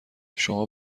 شما